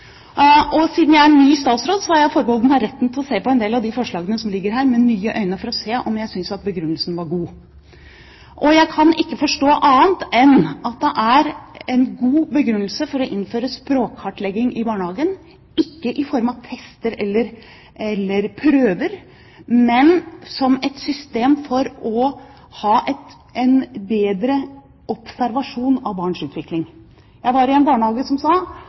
språkutvikling. Siden jeg er ny statsråd, så har jeg forbeholdt meg retten til å se med nye øyne på en del av de forslagene som ligger her, for å se om jeg synes at begrunnelsen var god. Jeg kan ikke forstå annet enn at det er en god begrunnelse for å innføre språkkartlegging i barnehagen – ikke i form av tester eller prøver, men som et system for å ha en bedre observasjon av barns utvikling. Jeg var i en barnehage hvor de sa at de hadde dette som